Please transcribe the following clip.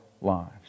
lives